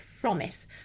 promise